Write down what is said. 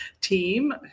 team